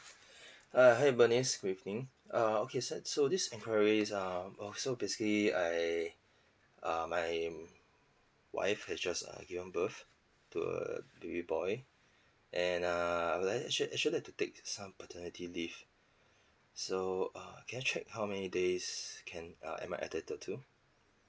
uh hi bernice good evening uh okay se~ so this enquiries um oh so basically I uh my name wife has just uh given birth to a baby boy and err I would like actua~ actually like to take some paternity leave so uh can I check how many days can uh am I entitled to